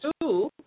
two